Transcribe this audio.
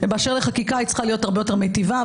באשר לחקיקה היא צריכה להיות הרבה יותר מיטיבה,